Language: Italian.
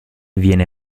viene